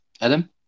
Adam